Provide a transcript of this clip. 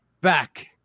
Back